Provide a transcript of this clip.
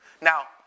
Now